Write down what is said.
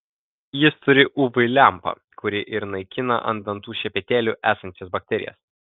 jis turi uv lempą kuri ir naikina ant dantų šepetėlių esančias bakterijas